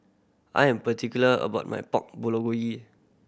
I'm particular about my Pork